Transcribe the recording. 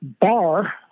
bar